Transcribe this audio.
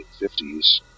1950s